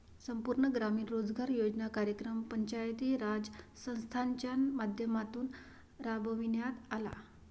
संपूर्ण ग्रामीण रोजगार योजना कार्यक्रम पंचायती राज संस्थांच्या माध्यमातून राबविण्यात आला